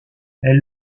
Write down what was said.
elle